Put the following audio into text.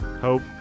Hope